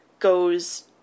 goes